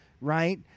right